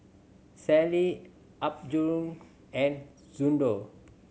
Sealy Apgujeong and Xndo